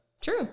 True